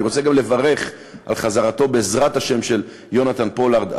אני רוצה גם לברך על חזרתו בעזרת השם של יהונתן פולארד,